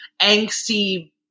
Angsty